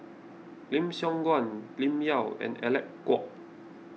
Lim Siong Guan Lim Yau and Alec Kuok